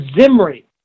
Zimri